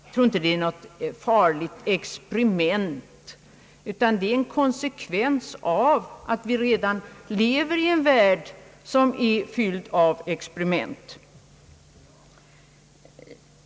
Jag tror inte det blir något farligt experiment, utan det är en konsekvens av att vi redan lever i en värld som är fylld av experiment.